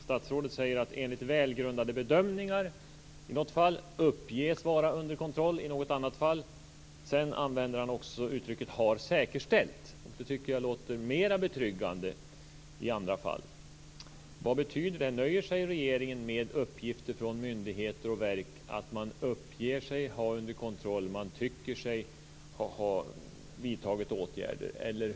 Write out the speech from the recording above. Statsrådet talar om välgrundade bedömningar i något fall och säger i något annat fall att situationen uppges vara under kontroll. I andra fall använder han uttrycket "har säkerställt". Det tycker jag låter mera betryggande. Vad betyder det? Nöjer sig regeringen med att myndigheter och verk uppger sig har situationen under kontroll och tycker sig ha vidtagit åtgärder?